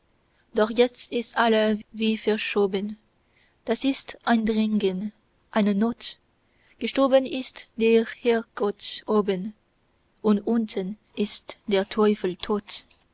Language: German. doch jetzt ist alles wie verschoben das ist ein drängen eine not gestorben ist der herrgott oben und unten ist der teufel tot